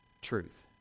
truth